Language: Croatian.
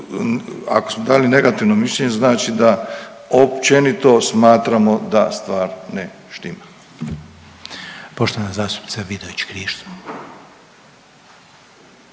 ako smo dali negativno mišljenje znači da općenito smatramo da stvar ne štima.